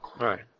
Right